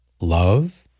love